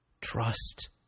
Trust